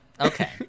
okay